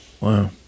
Wow